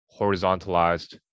horizontalized